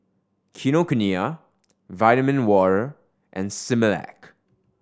Kinokuniya Vitamin Water and Similac